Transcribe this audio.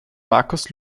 markus